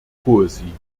poesie